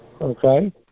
Okay